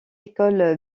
école